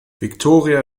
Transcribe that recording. victoria